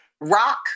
Rock